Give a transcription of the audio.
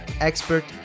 expert